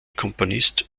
komponist